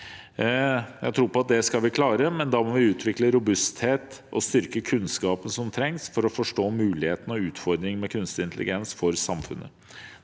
har tro på at vi skal klare det, men da må vi utvikle robusthet og styrke kunnskapen som trengs for å forstå mulighetene og utfordringene med kunstig intelligens for samfunnet.